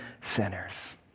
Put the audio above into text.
sinners